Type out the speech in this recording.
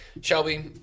Shelby